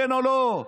כן או לא?